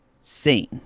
sing